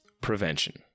prevention